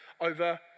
over